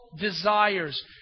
desires